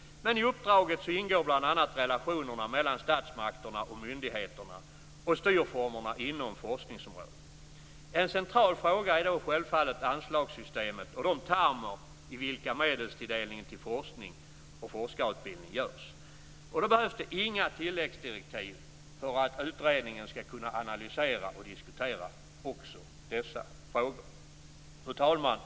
Men i uppdraget ingår bl.a. relationerna mellan statsmakterna och myndigheterna och styrformerna inom forskningsområdet. En central fråga är då självfallet anslagssystemet och de termer i vilka medelstilldelningen till forskning och forskarutbildning görs. Då behövs det inga tilläggsdirektiv för att utredningen skall kunna analysera och diskutera också dessa frågor. Fru talman!